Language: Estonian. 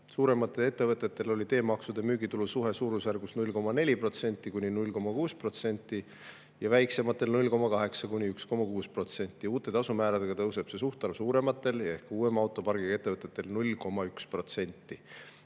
suurematel ettevõtetel oli teemaksude ja müügitulu suhe suurusjärgus 0,4–0,6% ja väiksematel 0,8–1,6%, siis uute tasumääradega tõuseb see suhtarv suurematel ja uuema autopargiga ettevõtetel 0,1%